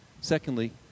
Secondly